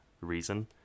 reason